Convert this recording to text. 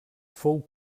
fou